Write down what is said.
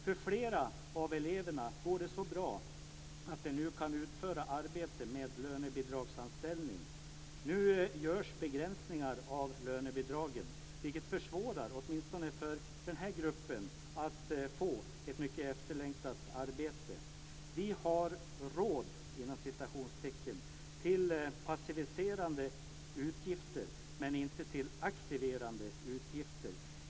För flera av eleverna går det så bra att de nu kan utföra arbete med lönebidragsanställning. Nu görs begränsningar av lönebidragen, vilket försvårar åtminstone för denna grupp att få ett mycket efterlängtat arbete. Vi har "råd" med passiviserande utgifter men inte med aktiverande utgifter.